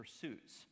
pursuits